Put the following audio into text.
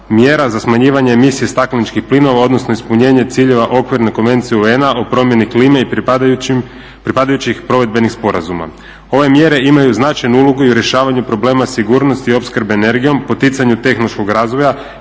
Mjera za smanjivanje emisija stakleničkih plinova odnosno ispunjenje ciljeva okvirne Konvencije UN o promjeni klime i pripadajućih provedbenih sporazuma. Ove mjere imaju značajnu ulogu u rješavanju problema sigurnosti opskrbe energijom, poticanju tehnološkog razvoja,